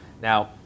Now